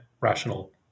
rational